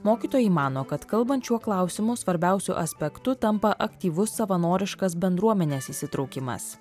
mokytojai mano kad kalbant šiuo klausimu svarbiausiu aspektu tampa aktyvus savanoriškas bendruomenės įsitraukimas